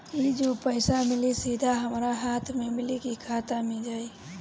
ई जो पइसा मिली सीधा हमरा हाथ में मिली कि खाता में जाई?